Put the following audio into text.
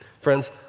Friends